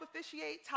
officiate